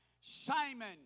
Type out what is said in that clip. Simon